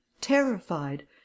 terrified